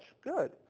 Good